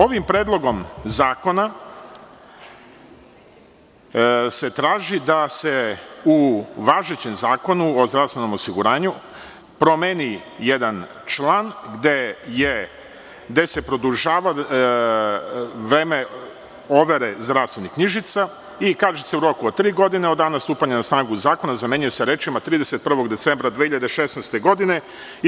Ovim predlogom zakona se traži da se u važećem Zakonu o zdravstvenom osiguranju promeni jedan član gde se produžava vreme overe zdravstvenih knjižica i kaže se – u roku od tri godine od dana stupanja na snagu zakona, zamenjuje se rečima: „31. decembra 2016. godine“